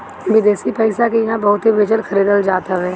विदेशी पईसा के इहां बहुते बेचल खरीदल जात हवे